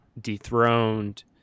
dethroned